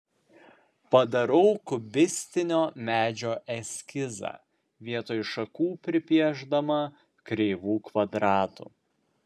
padarau kubistinio medžio eskizą vietoj šakų pripiešdama kreivų kvadratų